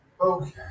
Okay